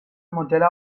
modelle